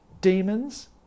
demons